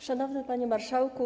Szanowny Panie Marszałku!